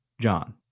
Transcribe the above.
John